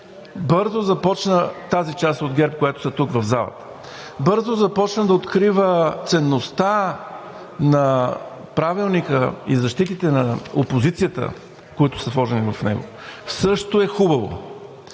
бързо започна – тази част от ГЕРБ, която е тук, в залата – да открива ценността на Правилника и защитите на опозицията, които са сложени в него, също е хубаво,